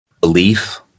belief